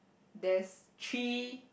there's three